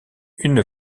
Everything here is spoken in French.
une